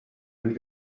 mill